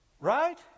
Right